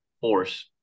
force